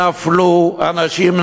נפלו אנשים,